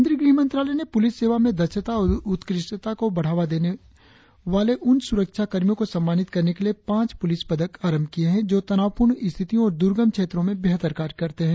केंद्र गृह मंत्रालय ने प्रलिस सेवा में दक्षता और उत्कृष्टता को बढ़ावा देने वाले उन सुरक्षा कर्मियों को सम्मानित करने के लिए पांच पुलिस पदक आरंभ किए हैं जो तनावपूर्ण स्थितियों और दुर्गम क्षेत्रों में बेहतर कार्य करते हैं